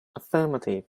affirmative